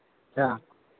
अच्छा